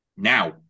Now